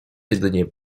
jedynie